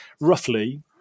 roughly